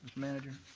manager?